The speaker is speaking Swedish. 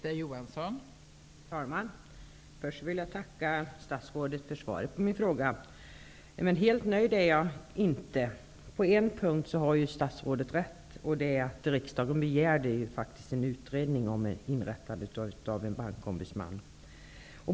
Fru talman! Först vill jag tacka statsrådet för svaret på min fråga. Men jag är inte helt nöjd. På en punkt har statsrådet rätt. Det gäller detta att riksdagen faktiskt begärde en utredning om inrättandet av en bankombudsman.